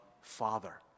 father